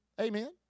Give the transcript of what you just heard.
Amen